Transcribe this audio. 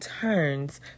turns